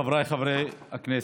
חבריי חברי הכנסת,